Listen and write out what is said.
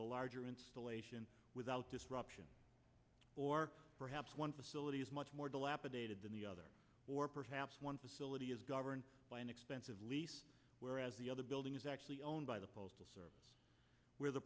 the larger installation without disruption or perhaps one facility is much more the lap of dated than the other or perhaps one facility is governed by an expensive lease whereas the other building is actually owned by the postal service where the